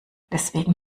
deswegen